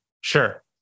Sure